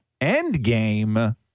Endgame